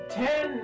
ten